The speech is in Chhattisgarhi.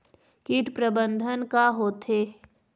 कीट प्रबंधन का होथे?